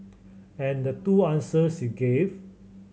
and the two answers you gave